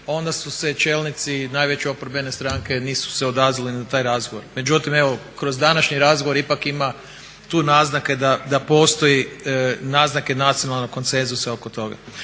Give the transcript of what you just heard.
onda su se čelnici najveće oporbene stranke nisu se odazvali na taj razgovor. Međutim, evo kroz današnji razgovor ipak ima tu naznake da postoje naznake nacionalnog konsenzusa oko toga.